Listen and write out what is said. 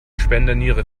spenderniere